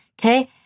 Okay